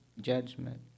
judgment